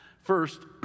First